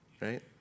right